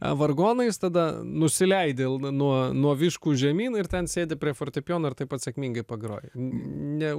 vargonais tada nusileidai el nuo nuo nuo viškų žemyn ir ten sėdi prie fortepijono ir taip pat sėkmingai pagroji ne